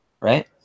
right